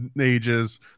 ages